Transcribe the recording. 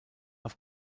auf